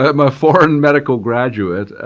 i'm a foreign medical graduate.